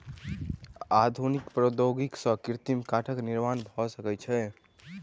आधुनिक प्रौद्योगिकी सॅ कृत्रिम काठक निर्माण भ सकै छै